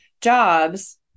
jobs